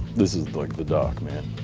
this is like the duck man,